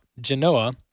Genoa